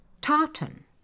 Tartan